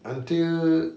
until